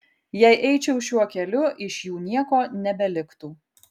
jei eičiau šiuo keliu iš jų nieko nebeliktų